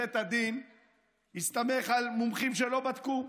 בית הדין הסתמך על מומחים שלא בדקו.